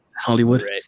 hollywood